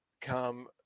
come